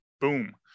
Boom